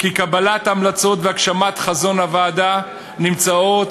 "קבלת ההמלצות והגשמת חזון הוועדה נמצאות